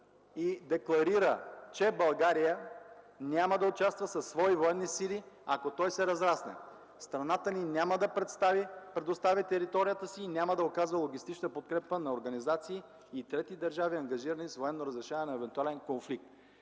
се декларира, че България няма да участва със свои военни сили, ако той се разрасне. Страната ни няма да предостави територията си и няма да оказва логистична подкрепа на организации и трети държави, ангажирани с военно разрешаване на евентуален конфликт.”